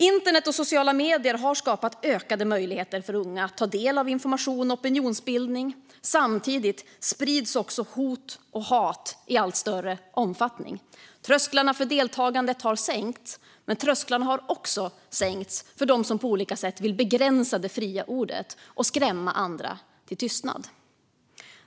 Internet och sociala medier har skapat ökade möjligheter för unga att ta del av information och opinionsbildning. Samtidigt sprids också hot och hat i allt större omfattning. Trösklarna för deltagande har sänkts, men trösklarna har också sänkts för dem som på olika sätt vill begränsa det fria ordet och skrämma andra till tystnad.